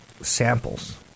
samples